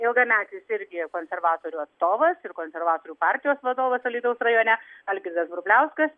ilgametis irgi konservatorių atstovas ir konservatorių partijos vadovas alytaus rajone algirdas vrubliauskas